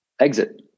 exit